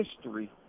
history